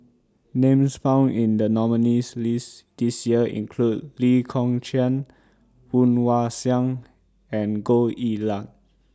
Names found in The nominees' list This Year include Lee Kong Chian Woon Wah Siang and Goh Yihan